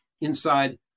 inside